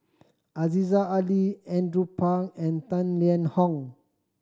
Aziza Ali Andrew Phang and Tang Liang Hong